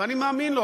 ואני מאמין לו,